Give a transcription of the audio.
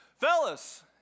fellas